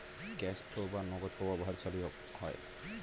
cash flow বা নগদ প্রবাহ ভার্চুয়ালি হয়